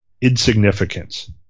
insignificance